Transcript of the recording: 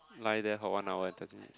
lie there for one hour and thirty minute